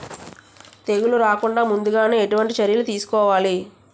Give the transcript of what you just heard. తెగుళ్ల రాకుండ ముందుగానే ఎటువంటి చర్యలు తీసుకోవాలి?